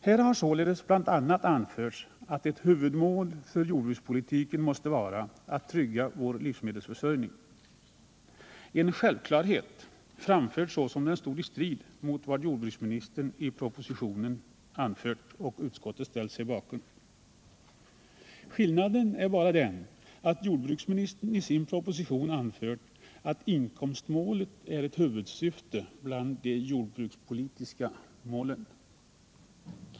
Här har således bl.a. anförts att ett huvudmål för jordbrukspolitiken måste vara att trygga vår livsmedelsförsörjning — en självklarhet, framförd som om den stod i strid med vad jordbruksministern i propositionen anfört och utskottet ställt sig bakom. Skillnaden är bara den att jordbruksministern i sin proposition anfört att inkomstmålet är ett huvudsyfte bland de jordbrukspolitiska målen.